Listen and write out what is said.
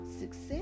Success